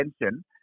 attention